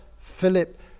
Philip